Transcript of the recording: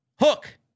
Hook